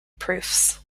proofs